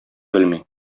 белми